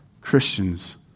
Christians